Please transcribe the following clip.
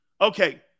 Okay